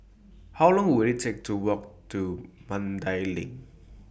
How Long Will IT Take to Walk to Mandai LINK